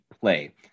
play